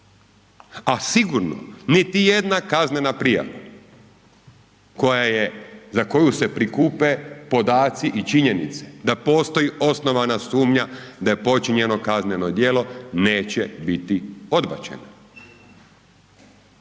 A sigurno niti jedna kaznena prijava za koju se prikupe podaci i činjenice da postoji osnovana sumnja da je počinjeno kazneno djelo, neće biti odbačeno.